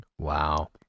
Wow